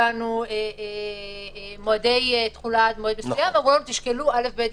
הוועדה תבקש לשקול א',ב',ג'